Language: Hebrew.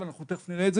ואנחנו תיכף נראה את זה.